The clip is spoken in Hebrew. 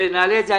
נעלה את זה.